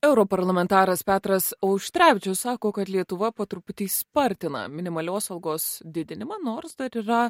europarlamentaras petras auštrevičius sako kad lietuva po truputį spartina minimalios algos didinimą nors dar yra